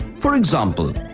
for example,